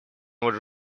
would